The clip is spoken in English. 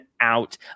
out